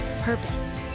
purpose